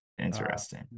Interesting